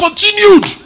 Continued